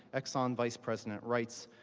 exxon vice president, writes,